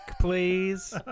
please